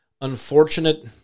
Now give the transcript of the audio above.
unfortunate